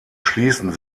schließen